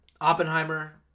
Oppenheimer